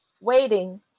waiting